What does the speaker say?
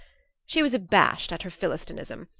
she was abashed at her philistinism,